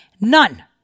none